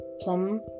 plum